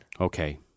Okay